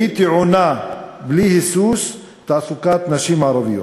הייתי עונה בלי היסוס: תעסוקת נשים ערביות.